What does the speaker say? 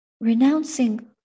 renouncing